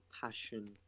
passion